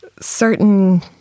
certain